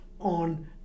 on